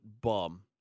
bum